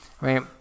Right